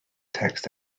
text